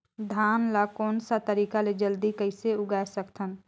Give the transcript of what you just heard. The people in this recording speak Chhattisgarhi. धान ला कोन सा तरीका ले जल्दी कइसे उगाय सकथन?